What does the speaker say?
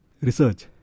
research